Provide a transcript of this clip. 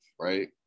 right